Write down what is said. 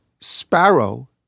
Sparrow